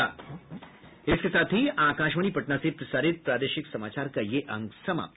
इसके साथ ही आकाशवाणी पटना से प्रसारित प्रादेशिक समाचार का ये अंक समाप्त हुआ